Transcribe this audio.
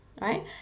right